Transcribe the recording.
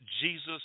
Jesus